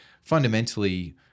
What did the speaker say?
fundamentally